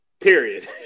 period